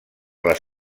les